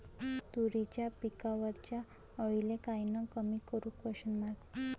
तुरीच्या पिकावरच्या अळीले कायनं कमी करू?